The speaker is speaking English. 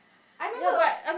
I remember